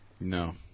No